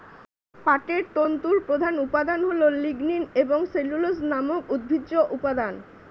পাটের তন্তুর প্রধান উপাদান হল লিগনিন এবং সেলুলোজ নামক উদ্ভিজ্জ উপাদান